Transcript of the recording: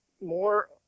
more